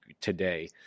today